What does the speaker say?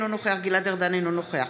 אינו נוכח